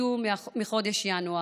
ונקלטו מחודש ינואר,